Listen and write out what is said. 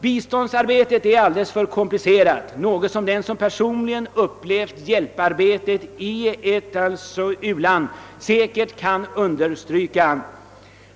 Biståndsarbetet är alldeles för komplicerat, något som den som personligen upplevt hjälparbetet i ett u-land säkert kan understryka.